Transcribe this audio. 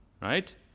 right